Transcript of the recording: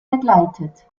begleitet